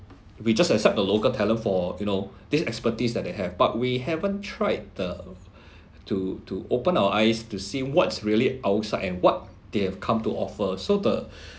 we just accept the local talent for you know this expertise that they have but we haven't tried the to to open our eyes to see what's really outside and what they have come to offer so the